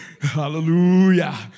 Hallelujah